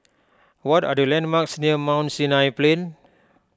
what are the landmarks near Mount Sinai Plain